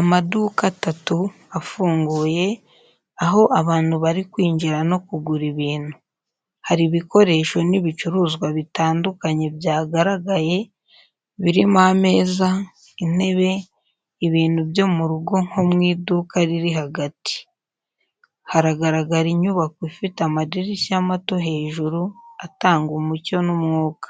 Amaduka atatu, afunguye, aho abantu bari kwinjira no kugura ibintu. Hari ibikoresho n’ibicuruzwa bitandukanye byagaragaye, birimo ameza, intebe, ibintu byo mu rugo nko mu iduka riri hagati. Haragaragara inyubako ifite amadirishya mato hejuru atanga umucyo n’umwuka.